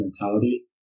mentality